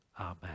Amen